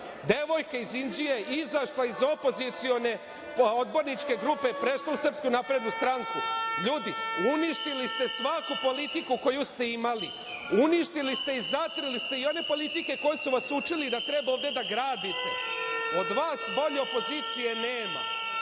Devojka iz Inđije izašla je iz opozicione odborničke grupe, prešla u SNS. Ljudi, uništili ste svaku politiku koju ste imali, uništili ste i zatrli ste i one politike koje su vas učili da treba ovde da gradite. Od vas bolje opozicije nema.